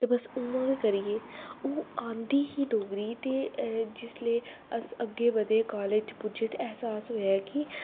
में बस उ'आं गे ओह् आंदी ही डोगरी जिसलै अस अग्गै बधे कालेज पुज्जे ते एहसास होएआ कि